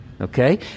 Okay